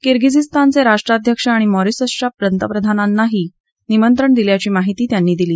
किर्गीझीस्तानचे राष्ट्राध्यक्ष आणि मॉरिशसच्या प्रधानमंत्र्यांनाही निमंत्रण दिल्याची माहिती त्यांनी दिली